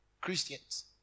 Christians